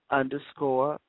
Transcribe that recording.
underscore